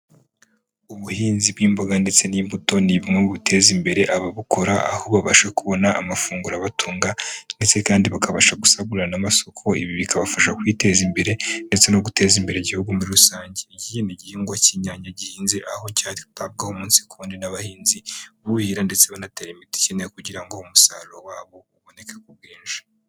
Ubuhinzi bw'imboga ndetse n'imbuto ni bumwe buteza imbere ababukora, aho babasha kubona amafunguro abatunga, ndetse kandi bakabasha gusagurira n'amasoko, ibi bikabafasha kwiteza imbere ndetse no guteza imbere igihugu muri rusange. Iki ni igihingwa cy'inyanya, gihinze aho cyitabwaho umunsi ku wundi n'abahinzi buhira ndetse banatera imiti ikenewe kugira ngo umusaruro wabo uboneke ku bwinshi.